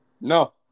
No